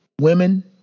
Women